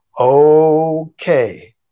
okay